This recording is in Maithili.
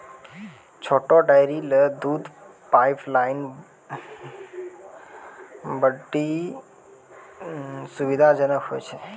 छोटो डेयरी ल दूध पाइपलाइन बड्डी सुविधाजनक होय छै